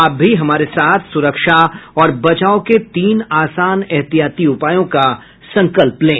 आप भी हमारे साथ सुरक्षा और बचाव के तीन आसान एहतियाती उपायों का संकल्प लें